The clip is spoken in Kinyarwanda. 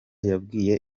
yabwiye